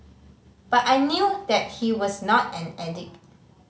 but I knew that he was not an addict